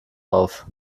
auf